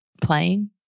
playing